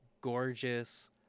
gorgeous